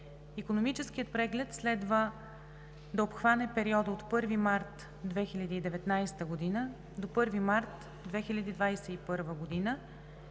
Икономическият преглед следва да обхване периода от 1 март 2019 г. до 1 март 2021 г.